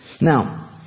Now